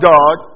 God